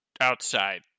outside